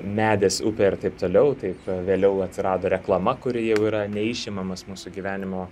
medis upė ir taip toliau tai vėliau atsirado reklama kuri jau yra neišimamas mūsų gyvenimo